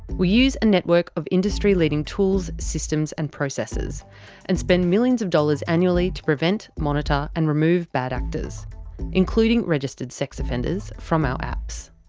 we use a network of industry-leading tools, systems and processes and spend millions of dollars annually to prevent, monitor and remove bad actors including registered sex offenders from our apps.